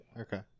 okay